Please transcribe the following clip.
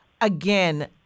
again